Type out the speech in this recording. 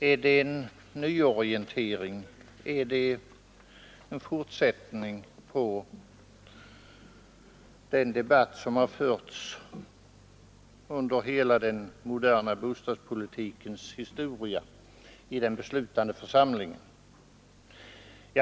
Visar den en nyorientering eller är den en fortsättning på den debatt som under hela den moderna bostadspolitikens historia har förts i den beslutande församlingen?